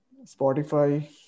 Spotify